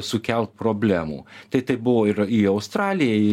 sukelt problemų tai taip buvo ir į australiją į